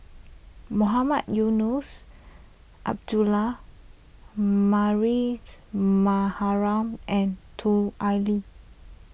Mohamed Eunos Abdullah Mariam and Lut Ali